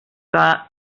que